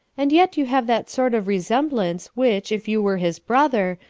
and yet you have that sort of resemblance which, if you were his brother,